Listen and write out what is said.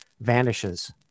vanishes